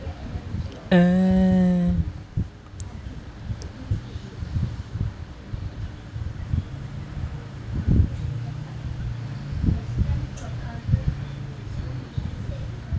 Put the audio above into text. uh